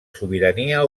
sobirania